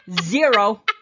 zero